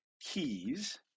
keys